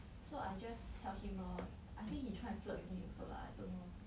so I just help him lor I think he trying to flirt with me also lah I don't know